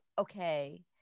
Okay